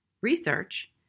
Research